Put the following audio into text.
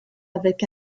avec